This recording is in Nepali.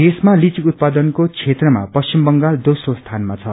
देशमा लिची उत्पादनको क्षेत्रमा पश्चिम बंगाल श्रोप्रो स्थानमा छ